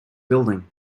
building